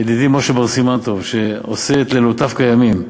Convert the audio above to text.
ידידי משה בר סימן טוב, שעושה את לילותיו כימים,